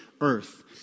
earth